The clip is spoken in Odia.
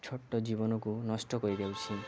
ଛୋଟ ଜୀବନକୁ ନଷ୍ଟ କରି ଦେଉଛି